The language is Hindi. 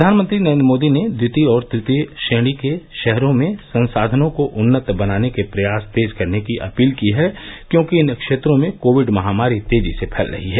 प्रधानमंत्री नरेन्द्र मोदी ने द्वितीय और तृतीय श्रेणी के शहरों में संसाधनों को उन्नत बनाने के प्रयास तेज करने की अपील की है क्योंकि इन क्षेत्रों में कोविड महामारी तेजी से फैल रही है